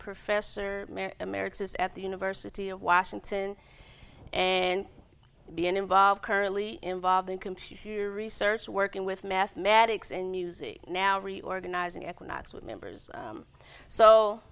professor emeritus at the university of washington and being involved currently involved in computer research working with mathematics and music now reorganizing economics with members